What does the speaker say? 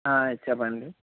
ఆ చెప్పండి